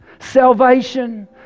salvation